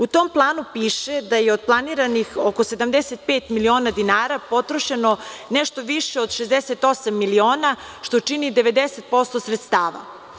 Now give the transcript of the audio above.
U tom planu piše da je od planiranih, oko 75 miliona dinara potrošeno nešto više od 68 miliona, što čini 90% sredstava.